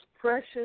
precious